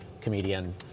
comedian